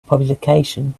publication